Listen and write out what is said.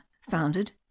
founded